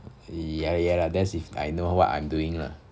ya ya lah there's if I know what I'm doing lah